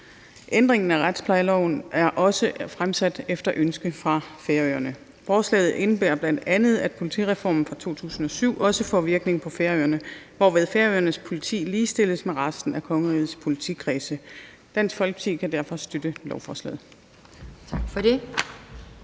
Ændringen af retsplejeloven er også fremsat efter ønske fra Færøerne. Forslaget indebærer bl.a., at politireformen fra 2007 også får virkning på Færøerne, hvorved Færøernes politi ligestilles med resten af kongerigets politikredse. Dansk Folkeparti kan derfor støtte lovforslaget.